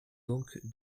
donc